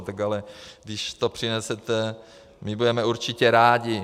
Tak ale když to přinesete, my budeme určitě rádi.